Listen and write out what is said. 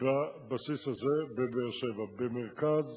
בבסיס הזה בבאר-שבע, במרכז